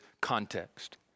context